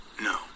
No